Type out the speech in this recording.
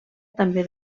també